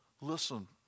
Listen